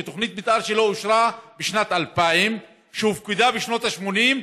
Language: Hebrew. תוכנית המתאר שלו שאושרה בשנת 2000 הופקדה בשנות ה-80,